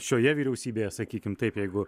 šioje vyriausybėje sakykim taip jeigu